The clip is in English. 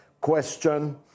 question